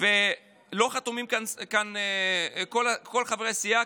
ולא חתומים כאן כל חברי הסיעה,